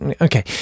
okay